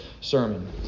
sermon